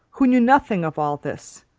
who knew nothing of all this,